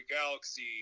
galaxy